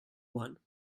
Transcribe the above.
one